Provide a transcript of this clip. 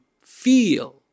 feel